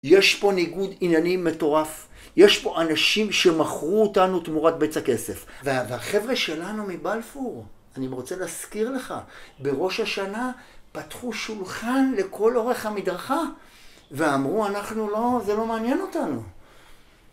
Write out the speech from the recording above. יש פה ניגוד עניינים מטורף, יש פה אנשים שמכרו אותנו תמורת בצע הכסף. והחבר'ה שלנו מבלפור, אני רוצה להזכיר לך, בראש השנה פתחו שולחן לכל אורך המדרכה ואמרו, זה לא מעניין אותנו.